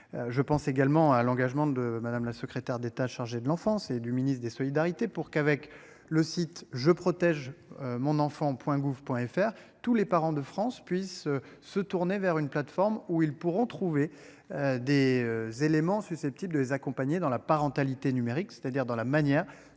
Je pense également à l'engagement de madame la secrétaire d'État chargé de l'enfance et du ministre des solidarités pour qu'avec le site je protège mon enfant Point gouv Point FR tous les parents de France puisse se tourner vers une plateforme où ils pourront trouver. Des éléments susceptibles de les accompagner dans la parentalité numérique, c'est-à-dire dans la manière